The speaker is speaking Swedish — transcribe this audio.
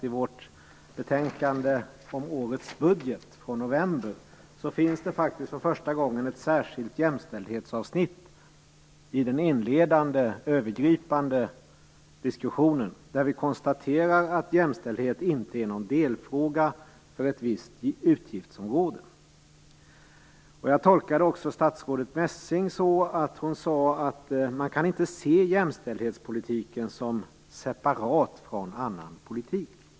I vårt betänkande från november om årets budget finns faktiskt för första gången ett särskilt jämställdhetsavsnitt i den inledande, övergripande diskussionen. Där konstaterar vi att jämställdhet inte är någon delfråga för ett visst utgiftsområde. Jag tolkade också statsrådet Messing som att hon sade att man inte kan se jämställdhetspolitiken separat från annan politik.